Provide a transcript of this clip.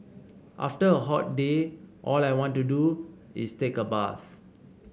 after a hot day all I want to do is take a bath